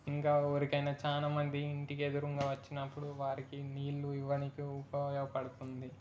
ఇంకా ఎవరికైనా చాలా మంది ఇంటికి ఎదురుగా వచ్చినప్పుడు వారికి నీళ్ళు ఇవ్వడానికి ఉపయోగపడుతుంది